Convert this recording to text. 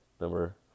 number